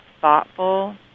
thoughtful